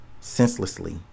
senselessly